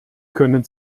können